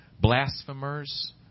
Blasphemers